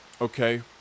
okay